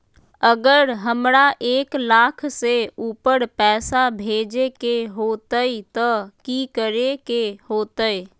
अगर हमरा एक लाख से ऊपर पैसा भेजे के होतई त की करेके होतय?